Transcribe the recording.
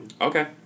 Okay